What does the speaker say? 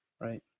right